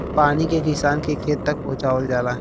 पानी के किसान के खेत तक पहुंचवाल जाला